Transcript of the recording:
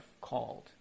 called